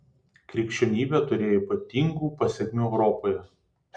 krikščionybė turėjo ypatingų pasekmių europoje